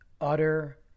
utter